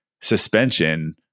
suspension